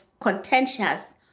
contentious